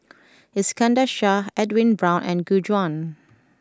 Iskandar Shah Edwin Brown and Gu Juan